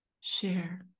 share